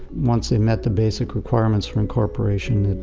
once they met the basic requirements for incorporation,